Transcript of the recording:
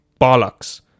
bollocks